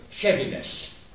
heaviness